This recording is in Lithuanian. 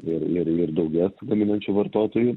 ir ir ir daugės gaminančių vartotojų